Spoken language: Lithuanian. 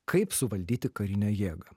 kaip suvaldyti karinę jėgą